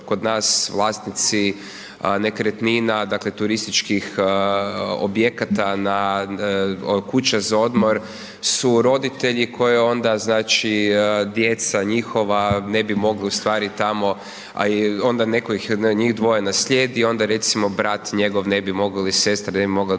kod nas vlasnici nekretnina, dakle, turističkih objekata na, kuće za odmor su roditelji koje onda, znači, djeca njihova ne bi mogli u stvari tamo, a i onda netko od njih dvoje naslijedi i onda recimo brat njegov ne bi mogao ili sestra ne bi mogla doći